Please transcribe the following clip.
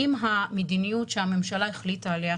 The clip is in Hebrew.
אם המדיניות שהממשלה החליטה עליה,